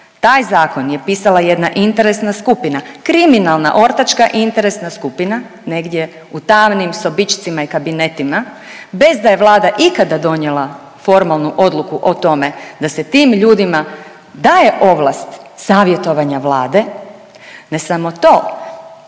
Taj zakon je pisala jedna interesna skupina, kriminalna, ortačka interesna skupina negdje u tamnim sobičcima i kabinetima bez da je Vlada ikada donijela formalnu odluku o tome da se tim ljudima daje ovlast savjetovanja Vlade, ne samo to.